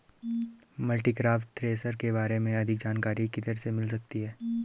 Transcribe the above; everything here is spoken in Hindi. मल्टीक्रॉप थ्रेशर के बारे में अधिक जानकारी किधर से मिल सकती है?